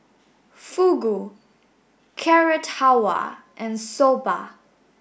Fugu Carrot Halwa and Soba